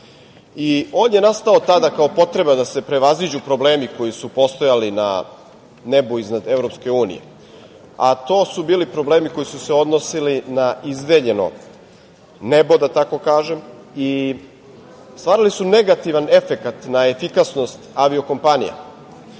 On je nastao tada kao potreba da se prevaziđu problemi koji su postojali na nebu iznad Evropske unije, a to su bili problemi koji su se odnosili na izdeljeno nebo, da tako kažem, i stvarali su negativan efekat na efikasnost avio-